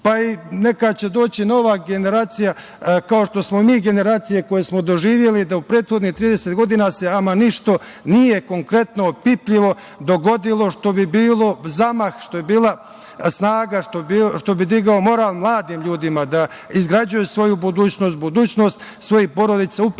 Pa će doći nova generacija, kao što smo mi generacija koji smo doživeli da u prethodnih 30 godina se ama ništa nije konkretno opipljivo dogodilo što bi bio zamah, što bi bila snaga, što bi digao moral mladim ljudima da izgrađuju svoju budućnost, budućnost svojih porodica upravo